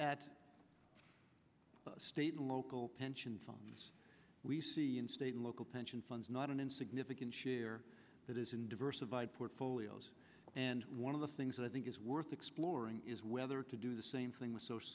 at the state local pension funds we see in state and local pension funds not an insignificant share that is in diversified portfolios and one of the things that i think is worth exploring is whether to do the same thing with social